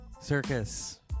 circus